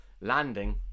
landing